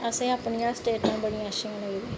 असें ई अपनियां स्टेटां बड़ियां अच्छियां लगदियां